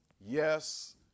Yes